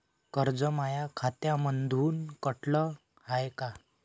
कर्ज माया खात्यामंधून कटलं हाय का?